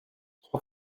trois